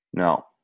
No